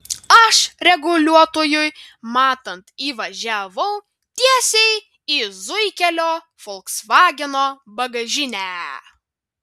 aš reguliuotojui matant įvažiavau tiesiai į zuikelio folksvageno bagažinę